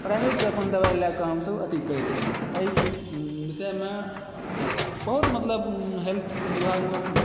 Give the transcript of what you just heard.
प्राइवेटसँ अपन दबाइ लयकऽ हमसभ अपन अथी करैत रहु एहि विषयमे बहुत मतलब हेल्थ विभागमे